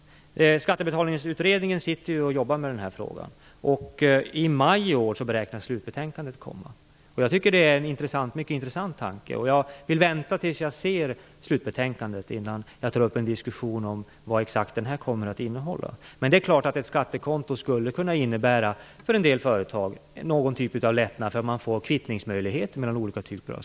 Skattebetalningsutredningen sitter ju och jobbar med den här frågan, och i maj i år beräknas slutbetänkandet komma. Jag tycker detta är en mycket intressant tanke, och jag vill vänta tills jag ser slutbetänkandet innan jag tar upp en diskussion om vad det kommer att innehålla exakt. Men det är klart att ett skattekonto för en del företag skulle kunna innebära någon typ av lättnad, eftersom man får kvittningsmöjligheter mellan olika skatteslag.